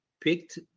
picked